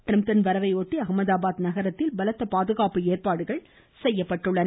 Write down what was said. டிரம்ப்பின் வரவையொட்டி அஹமாதாபாத் நகரத்தில் பலத்த பாதுகாப்பு ஏற்பாடுகள் செய்யப்பட்டுள்ளன்